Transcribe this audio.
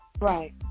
Right